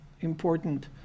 important